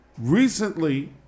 Recently